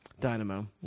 Dynamo